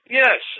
yes